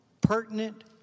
pertinent